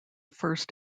first